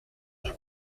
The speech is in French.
tous